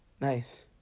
nice